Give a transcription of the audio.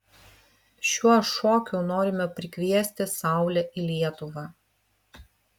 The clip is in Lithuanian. šiuo šokiu norime prikviesti saulę į lietuvą